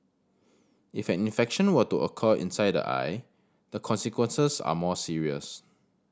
if an infection were to occur inside the eye the consequences are more serious